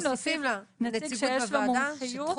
להוסיף נציג שיש לו מומחיות -- מוסיפים נציגות